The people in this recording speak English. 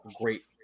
great